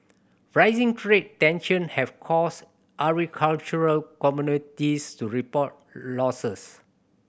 rising trade tension have caused agricultural commodities to report losses